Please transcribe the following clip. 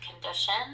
condition